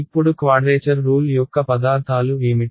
ఇప్పుడు quadrature rule యొక్క పదార్థాలు ఏమిటి